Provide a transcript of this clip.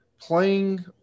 playing